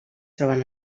troben